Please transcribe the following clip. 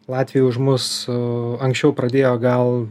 latviai už mus anksčiau pradėjo gal